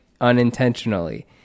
unintentionally